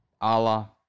Allah